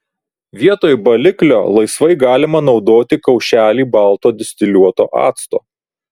vietoj baliklio laisvai galima naudoti kaušelį balto distiliuoto acto